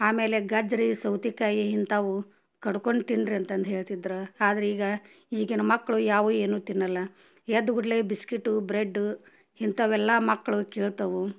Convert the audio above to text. ಆಮೇಲೆ ಗಜ್ಜರಿ ಸೌತೆಕಾಯಿ ಇಂಥವು ಕಡ್ಕೊಂಡು ತಿನ್ನಿರಿ ಅಂತಂದು ಹೇಳ್ತಿದ್ರು ಆದರೆ ಈಗ ಈಗಿನ ಮಕ್ಕಳು ಯಾವೂ ಏನೂ ತಿನ್ನಲ್ಲ ಎದ್ದ ಕೂಡ್ಲೆ ಬಿಸ್ಕಿಟು ಬ್ರೆಡ್ಡು ಇಂಥವೆಲ್ಲ ಮಕ್ಕಳು ಕೇಳ್ತವೆ